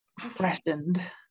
freshened